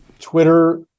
Twitter